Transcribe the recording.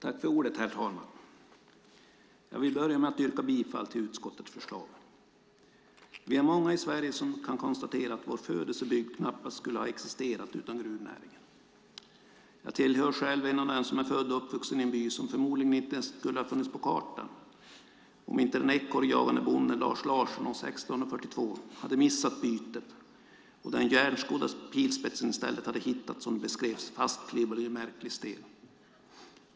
Herr talman! Jag börjar med att yrka bifall till utskottets förslag. Vi är många i Sverige som kan konstatera att vår födelsebygd knappast skulle ha existerat utan gruvnäringen. Jag är själv en av dem som är född uppvuxen i en by som förmodligen inte ens skulle ha funnits på kartan om inte den ekorrjagande bonden Lars Larsson år 1642 hade missat bytet och den järnskodda pilspetsen i stället hade hittats, som det beskrevs, fastklibbad i en märklig sten.